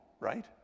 right